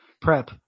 prep